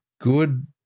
good